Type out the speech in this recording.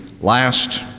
last